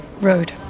Road